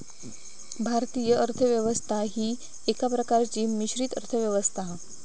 भारतीय अर्थ व्यवस्था ही एका प्रकारची मिश्रित अर्थ व्यवस्था हा